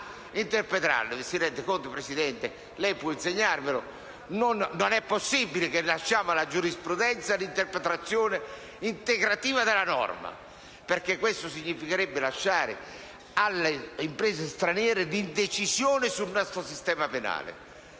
rende conto, signor Presidente? Lei può insegnarmelo: non è possibile che lasciamo alla giurisprudenza l'interpretazione integrativa della norma: ciò significherebbe lasciare a imprese straniere la facoltà di decidere sul nostro sistema penale.